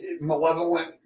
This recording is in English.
Malevolent